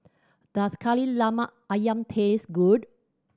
does Kari Lemak Ayam taste good